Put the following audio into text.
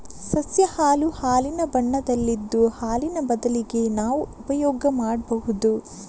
ಸಸ್ಯ ಹಾಲು ಹಾಲಿನ ಬಣ್ಣದಲ್ಲಿದ್ದು ಹಾಲಿನ ಬದಲಿಗೆ ನಾವು ಉಪಯೋಗ ಮಾಡ್ಬಹುದು